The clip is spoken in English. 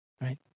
right